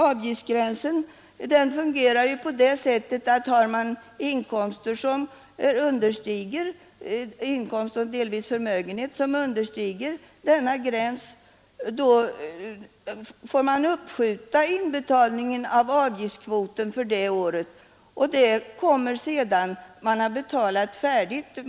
Avgiftsgränsen fungerar ju på det sättet att man, om man har inkomster och delvis förmögenhet som understiger denna gräns, får uppskjuta inbetalningen av avgiftskvoten för det året tills lånet har återbetalats.